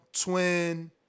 twin